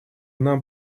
нам